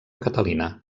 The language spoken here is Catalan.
catalina